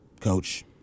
coach